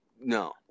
No